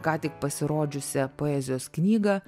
ką tik pasirodžiusią poezijos knygą